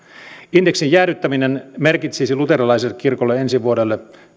indeksin jäädyttäminen merkitsisi luterilaiselle kirkolle ensi vuodelle